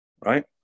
right